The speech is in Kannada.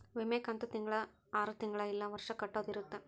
ವಿಮೆ ಕಂತು ತಿಂಗಳ ಆರು ತಿಂಗಳ ಇಲ್ಲ ವರ್ಷ ಕಟ್ಟೋದ ಇರುತ್ತ